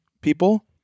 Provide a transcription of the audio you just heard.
people